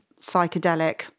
psychedelic